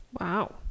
Wow